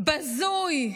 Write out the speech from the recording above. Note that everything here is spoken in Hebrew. בזוי,